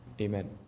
Amen